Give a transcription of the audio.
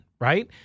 right